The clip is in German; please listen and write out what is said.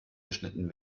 geschnitten